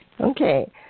Okay